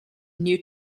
new